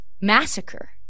massacre